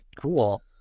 Cool